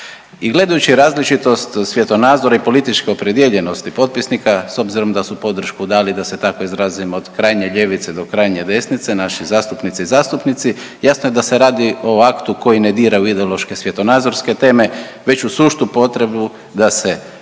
I gledajući različitosti, svjetonazore i političke opredijeljenosti potpisnika s obzirom da su podršku dali da se tako izrazim od krajnje ljevice do krajnje desnice naše zastupnice i zastupnici jasno je da se radi o aktu koji ne dira u ideološke svjetonazorske teme, već u suštu potrebu da se dodatno